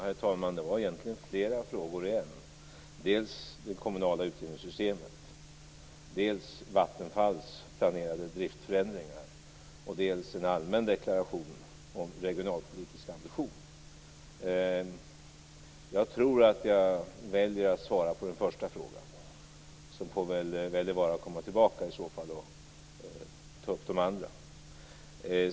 Herr talman! Det var egentligen flera frågor i en: dels det kommunala utjämningssystemet, dels Vattenfalls planerade driftförändringar, dels en allmän deklaration om regionalpolitiska ambitioner. Jag tror att jag väljer att svara på den första frågan. Sedan får väl Wälivaara komma tillbaka och ta upp de andra frågorna.